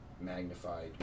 magnified